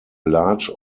large